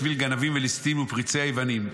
בשביל גנבין ולסטין ופריצי יוונים,